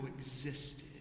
existed